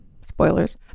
Spoilers